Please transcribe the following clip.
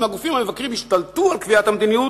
אם הגופים המבקרים ישתלטו על קביעת המדיניות,